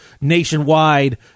nationwide